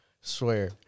swear